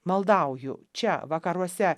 maldauju čia vakaruose